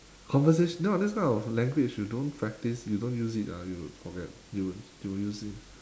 conversation ya this kind of language you don't practice you don't use it ah you'll forget you would you will use it